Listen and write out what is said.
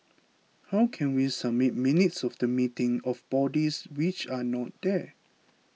how can we submit minutes of the meeting of bodies which are not there